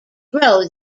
grow